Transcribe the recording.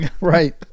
Right